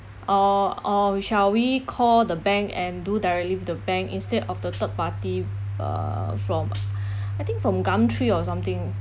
or or we shall we call the bank and do directly with the bank instead of the third party uh from I think from gumtree or something